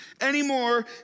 anymore